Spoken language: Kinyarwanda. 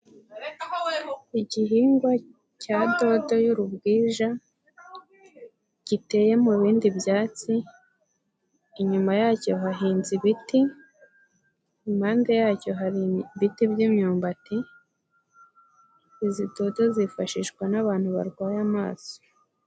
Igihingwa cya dodo y'urubwija giteye mu bindi byatsi, inyuma yacyo hahinze ibiti, impande yacyo hari ibiti by'imyumbati, izi dodo zifashishwa n'abantu barwaye amaso.